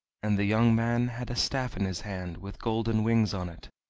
and the young man had a staff in his hand with golden wings on it,